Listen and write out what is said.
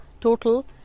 total